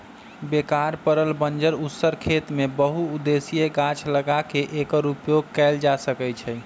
बेकार पड़ल बंजर उस्सर खेत में बहु उद्देशीय गाछ लगा क एकर उपयोग कएल जा सकै छइ